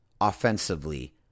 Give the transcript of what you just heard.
offensively